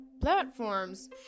platforms